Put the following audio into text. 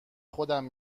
خودم